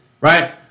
Right